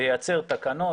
לייצר תקנות,